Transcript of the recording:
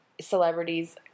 celebrities